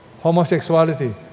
homosexuality